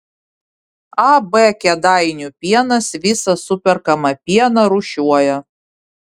ab kėdainių pienas visą superkamą pieną rūšiuoja